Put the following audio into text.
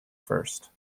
first